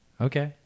Okay